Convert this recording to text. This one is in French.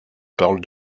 parle